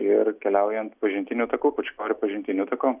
ir keliaujant pažintiniu taku pūčkorių pažintiniu taku